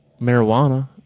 marijuana